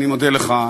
אני מודה לך.